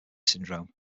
syndrome